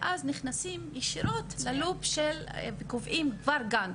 אז נכנסים ישירות ללופ וקובעים כבר גאנט.